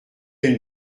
une